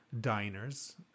diners